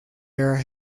air